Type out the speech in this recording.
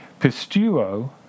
Pistuo